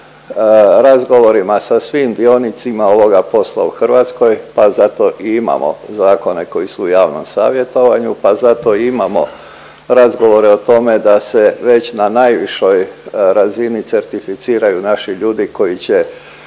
razgovorima sa svim dionicima ovoga posla u Hrvatskoj pa zato i imamo zakone koji su u javnom savjetovanju pa zato i imamo razgovore o tome da se već na najvišoj razini certificiraju naši ljudi koji će